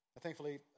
Thankfully